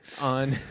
on